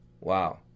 Wow